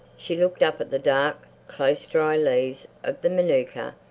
she looked up at the dark, close, dry leaves of the manuka,